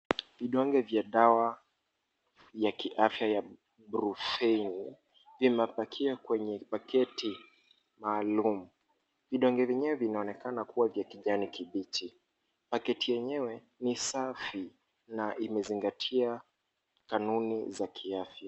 Vodonge vya dawa ya kiafya ya brufeni vimepakia kwenye paketi maalum, vidonge vyenyewe vinaonekana kuwa vya kijani kibichi, paketi yenyewe ni safi, na imezingatia kanuni za kiafya.